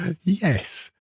yes